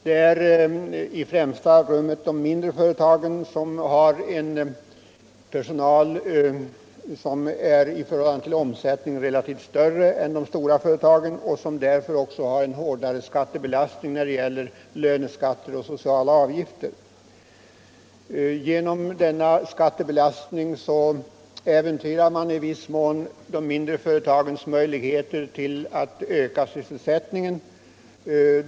De mindre företagen har en i förhållande till omsättningen större personal än de stora företagen och belastas därför hårdare av löneskatter och sociala avgifter. Därigenom äventyras i viss mån de mindre företagens möjligheter att öka sysselsättningen.